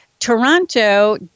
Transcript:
Toronto